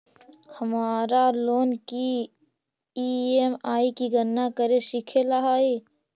हमारा लोन की ई.एम.आई की गणना करे सीखे ला हई